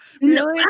no